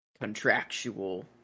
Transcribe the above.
contractual